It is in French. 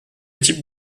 type